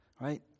Right